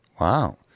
Wow